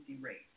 rate